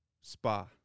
Spa